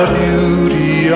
beauty